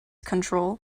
control